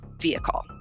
vehicle